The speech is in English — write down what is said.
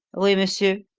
oui, monsieur.